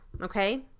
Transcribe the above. okay